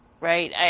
right